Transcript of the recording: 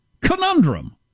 conundrum